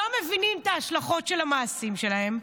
לא מבינים את ההשלכות של המעשים שלהם,